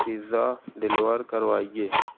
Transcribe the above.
pizza deliver کروائیے